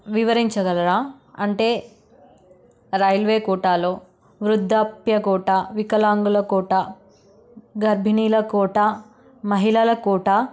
వివరించగలరా అంటే రైల్వే కోటాలో వృద్ధాప్య కోటా వికలాంగుల కోటా గర్భిణీల కోటా మహిళల కోటా